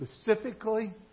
Specifically